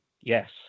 Yes